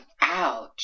Ouch